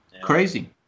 Crazy